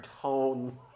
tone